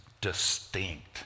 distinct